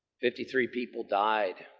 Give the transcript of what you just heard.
fifty three people died.